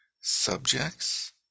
subjects